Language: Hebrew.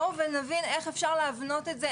בואו ונבין איך אפשר להבנות את זה.